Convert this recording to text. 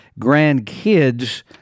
grandkids